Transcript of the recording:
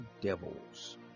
devils